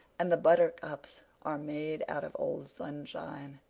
and the buttercups are made out of old sunshine